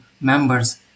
members